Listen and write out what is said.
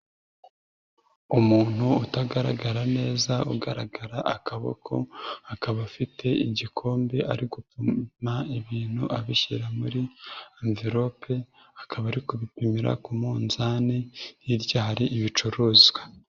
Umuntu utagaragara neza ugaragara akaboko, akaba afite igikombe ari gupima ibintu abishyira muri anvelope, akaba ari kubipimira ku munzani, hirya hari ibicuruzwa.